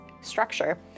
structure